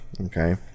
okay